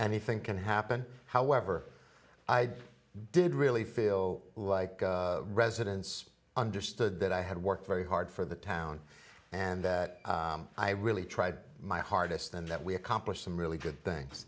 anything can happen however i did really feel like residents understood that i had worked very hard for the town and that i really tried my hardest and that we accomplished some really good things